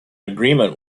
agreement